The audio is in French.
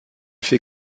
fait